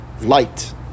Light